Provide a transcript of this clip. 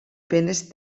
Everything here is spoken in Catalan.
penes